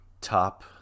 top